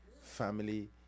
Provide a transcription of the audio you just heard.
family